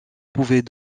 pouvait